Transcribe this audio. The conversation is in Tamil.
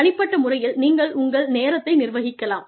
தனிப்பட்ட முறையில் நீங்கள் உங்கள் நேரத்தை நிர்வகிக்கலாம்